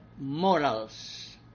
morals